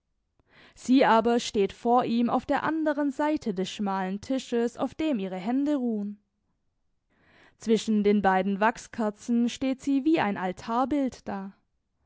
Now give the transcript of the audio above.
sie aber steht vor ihm auf der anderen seite des schmalen tisches auf dem ihre hände ruhen zwischen den beiden wachskerzen steht sie wie ein altarbild da